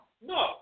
No